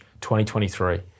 2023